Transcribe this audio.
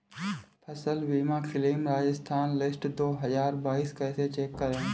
फसल बीमा claim Rajasthan list दो हज़ार बाईस कैसे चेक करें?